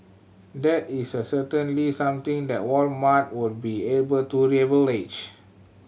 that is a certainly something that Walmart would be able to leverage